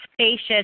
spacious